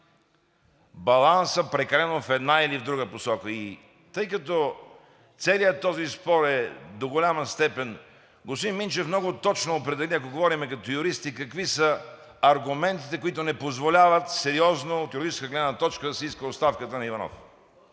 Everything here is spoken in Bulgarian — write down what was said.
балансът прекалено в една или в друга посока. И тъй като целият този спор е до голяма степен… Господин Минчев много точно определи, ако говорим като юристи, какви са аргументите, които не позволяват сериозно от юридическа гледна точка да се иска оставката на Иванов.